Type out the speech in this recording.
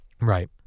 right